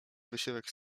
wysiłek